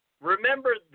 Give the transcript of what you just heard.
Remember